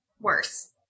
worse